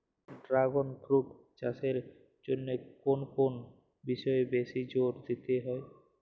Dragon fruit চাষের জন্য কোন কোন বিষয়ে বেশি জোর দিতে হয়?